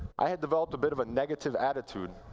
i had developed a bit of a negative attitude,